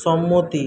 সম্মতি